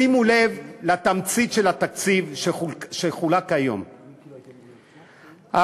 שימו לב לתמצית של התקציב שחולק היום: הבלו,